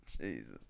Jesus